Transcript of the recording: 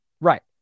Right